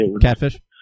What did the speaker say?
Catfish